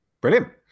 brilliant